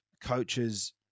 coaches –